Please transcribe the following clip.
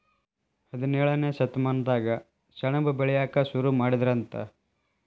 ಹದಿನೇಳನೇ ಶತಮಾನದಾಗ ಸೆಣಬ ಬೆಳಿಯಾಕ ಸುರು ಮಾಡಿದರಂತ